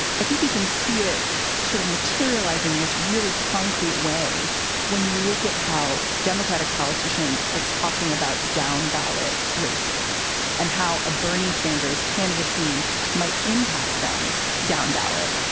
i think you can see it sort of materializing in this really concrete way when you look at how democratic politicians are talking about down ballot races and how a bernie sanders candidacy might impact them down ballot.